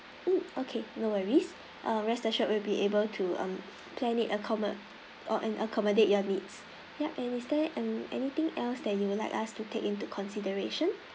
mm okay no worries uh rest assured we'll be able to um plan it acommo~ or and accommodate your needs yup is there anything else that you would like us to take into consideration